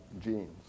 genes